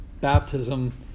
baptism